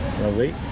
Lovely